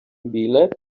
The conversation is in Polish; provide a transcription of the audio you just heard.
bilet